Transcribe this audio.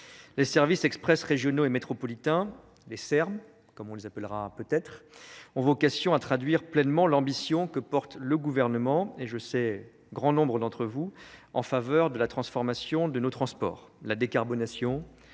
les services express régionaux et métropolitains les Serbes comme on les appellera peut être ont vocation à traduire pleinement l'ambition que porte le gouvernement et je sais grand nombre d'entre vous en faveur de la transformation de nos transports la décarbonation